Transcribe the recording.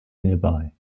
nearby